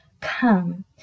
come